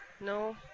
no